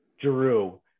Drew